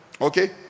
Okay